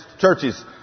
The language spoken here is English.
churches